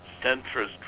centrist